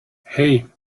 hei